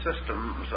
systems